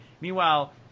meanwhile